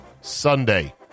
Sunday